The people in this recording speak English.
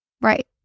Right